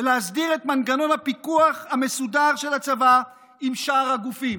ולהסדיר את מנגנון הפיקוח המסודר של הצבא עם שאר הגופים.